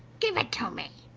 give it to me.